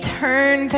turn